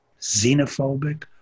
xenophobic